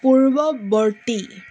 পূৰ্বৱৰ্তী